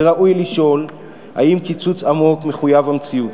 וראוי לשאול אם קיצוץ עמוק מחויב המציאות